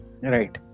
Right